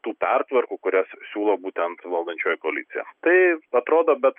tų pertvarkų kurias siūlo būtent valdančioji koalicija tai atrodo bet